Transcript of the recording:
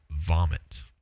vomit